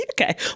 Okay